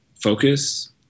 focus